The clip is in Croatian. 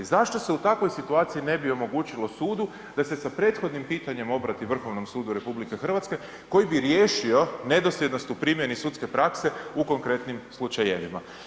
Zašto se u takvoj situaciju ne bi omogućilo sudu, da se sa prethodnim pitanjem obrati Vrhovnom sudu RH, koji bi riješio nedosljednost u primjenu sudske prakse u konkretnim slučajevima?